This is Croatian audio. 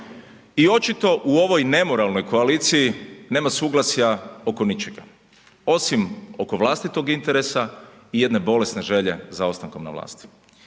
I očito u ovoj nemoralno koaliciji nema suglasja oko ničega osim oko vlastitog interesa i jedne bolesne želje za ostankom na vlasti.